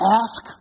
ask